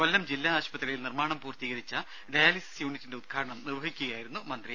കൊല്ലം ജില്ലാ ആശുപത്രിയിൽ നിർമാണം പൂർത്തീകരിച്ച ഡയാലിസിസ് യൂണിറ്റിന്റെ ഉദ്ഘാടനം നിർവ്വഹിക്കുകയായിരുന്നു മന്ത്രി